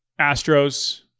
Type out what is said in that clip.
Astros